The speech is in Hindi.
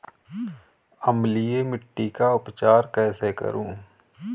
अम्लीय मिट्टी का उपचार कैसे करूँ?